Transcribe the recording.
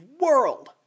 world